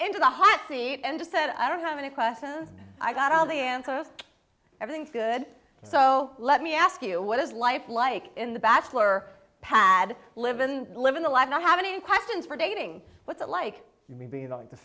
into the hot seat and just said i don't have any questions i've got all the answers everything's good so let me ask you what is life like in the bachelor pad livin living the life don't have any questions for dating what's it like to be like the